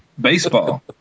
Baseball